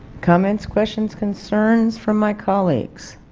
comments questions concerns for my colleagues?